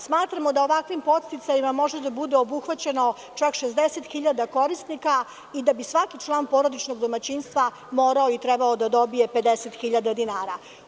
Smatramo da ovakvim podsticajima može da bude obuhvaćeno čak 60.000 korisnika i da bi svaki član porodičnog domaćinstva morao i treba da dobije 50.000 dinara.